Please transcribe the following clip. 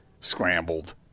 scrambled